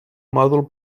mòdul